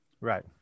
Right